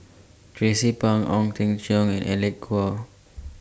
Tracie Pang Ong Teng Cheong and Alec Kuok